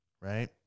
right